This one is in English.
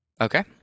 Okay